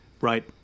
Right